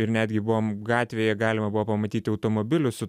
ir netgi buvom gatvėje galima buvo pamatyt automobilių su